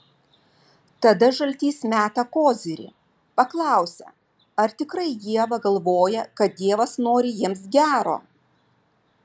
tada žaltys meta kozirį paklausia ar tikrai ieva galvoja kad dievas nori jiems gero